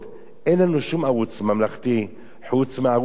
אין לנו שום ערוץ ממלכתי חוץ מהערוץ הזה.